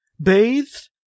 bathed